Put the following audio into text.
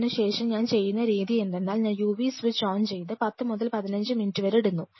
അതിനുശേഷം ഞാൻ ചെയ്യുന്ന രീതി എന്തെന്നാൽ ഞാൻ യുവി UV സ്വിച്ച് ഓൺ ചെയ്ത് 10 മുതൽ 15 മിനിറ്റ് വരെ ഇടുന്നു